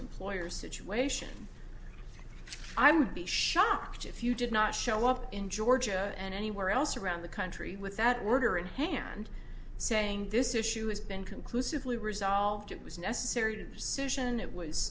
employer situation i would be shocked if you did not show up in georgia and anywhere else around the country with that word are in hand saying this issue has been conclusively resolved it was necessary